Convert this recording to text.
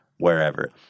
Wherever